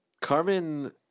Carmen